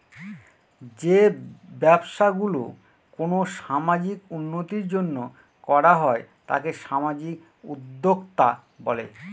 যে ব্যবসা গুলো কোনো সামাজিক উন্নতির জন্য করা হয় তাকে সামাজিক উদ্যক্তা বলে